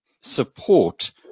support